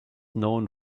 known